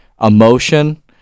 emotion